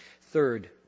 Third